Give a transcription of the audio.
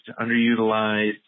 underutilized